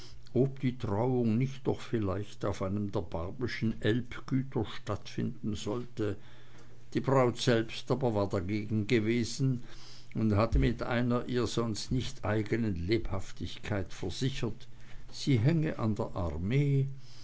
ob die trauung nicht doch vielleicht auf einem der barbyschen elbgüter stattfinden solle die braut selbst aber war dagegen gewesen und hatte mit einer ihr sonst nicht eignen lebhaftigkeit versichert sie hänge an der armee